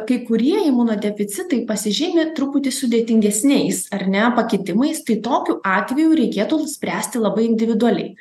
kai kurie imunodeficitai pasižymi truputį sudėtingesniais ar ne pakitimais tai tokiu atveju reikėtų spręsti labai individualiai